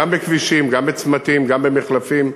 גם בכבישים, גם בצמתים, גם במחלפים,